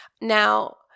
Now